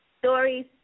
stories